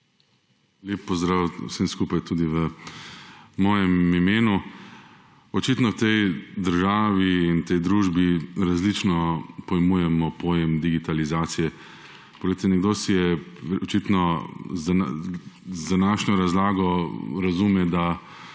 Lep pozdrav vsem skupaj tudi v mojem imenu! Očitno tej državi in tej družbi različno pojmujemo pojem digitalizacije. Poglejte, nekdo si je očitno z današnjo razlago razume, da